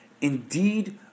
Indeed